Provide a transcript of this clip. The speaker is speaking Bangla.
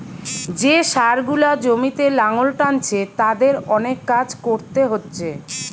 যে ষাঁড় গুলা জমিতে লাঙ্গল টানছে তাদের অনেক কাজ কোরতে হচ্ছে